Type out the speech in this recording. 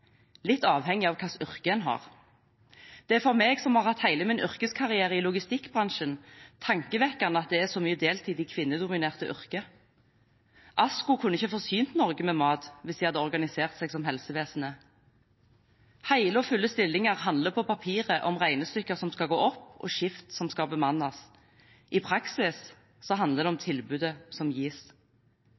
litt avhengig av hvilket yrke en har. Det er for meg, som har hatt hele min yrkeskarriere i logistikkbransjen, tankevekkende at det er så mye deltid i kvinnedominerte yrker. ASKO kunne ikke forsynt Norge med mat hvis de hadde organisert seg som helsevesenet. Hele og fulle stillinger handler på papiret om regnestykker som skal gå opp, og skift som skal bemannes. I praksis handler det om tilbudet som gis.